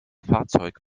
fahrzeug